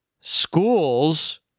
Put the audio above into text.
schools